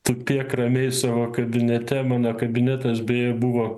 tupėk ramiai savo kabinete mano kabinetas beje buvo